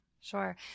Sure